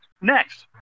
next